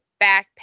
backpack